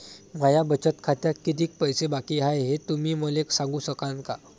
माया बचत खात्यात कितीक पैसे बाकी हाय, हे तुम्ही मले सांगू सकानं का?